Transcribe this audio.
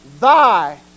thy